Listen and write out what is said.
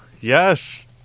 Yes